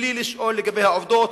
בלי לשאול לגבי העובדות,